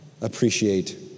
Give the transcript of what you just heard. appreciate